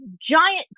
giant